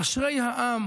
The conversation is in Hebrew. אשרי העם